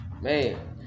Man